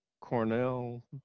Cornell